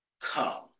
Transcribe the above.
come